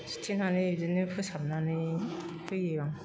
सुथेनानै बिदिनो फोसाबनानै होयो आं